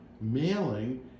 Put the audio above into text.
mailing